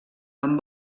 amb